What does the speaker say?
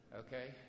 okay